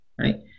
right